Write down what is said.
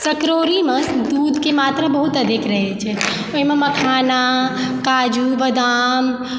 सकड़ौरीमे दूधके मात्रा बहुत अधिक रहै छै ओहिमे मखाना काजू बदाम